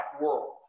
world